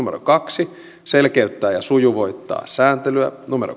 kaksi selkeyttää ja sujuvoittaa sääntelyä